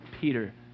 Peter